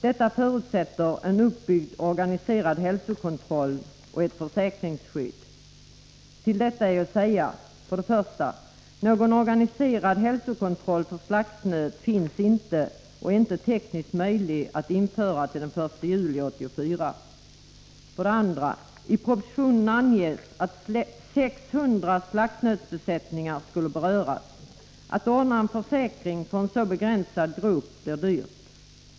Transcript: Detta förutsätter en uppbyggd organiserad hälsokontroll och ett försäkringsskydd. Härtill är att säga: 1. Någon organiserad hälsokontroll för slaktnöt finns inte och är inte tekniskt möjlig att genomföra till den 1 juli 1984. 2. I propositionen anges att 600 slaktnötsbesättningar skulle beröras. Att ordna en försäkring för en så begränsad grupp blir dyrt.